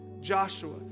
Joshua